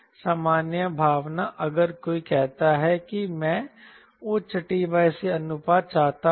सामान्य भावना अगर कोई कहता है कि मैं उच्च t c अनुपात चाहता हूं